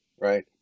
right